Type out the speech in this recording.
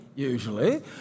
Usually